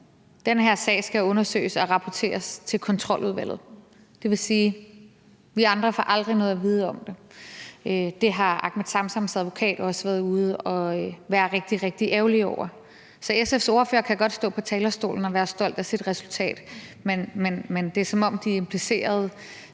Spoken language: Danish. Den her sag skal undersøges og rapporteres til Kontroludvalget. Det vil sige, at vi andre aldrig får noget at vide om det. Det har Ahmed Samsams advokat også været ude at sige at han var rigtig, rigtig ærgerlig over. Så SF's ordfører kan godt stå på talerstolen og være stolt af sit resultat, men det er, som om de implicerede